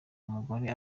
umugore